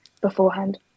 beforehand